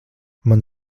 man